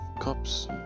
cups